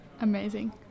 Amazing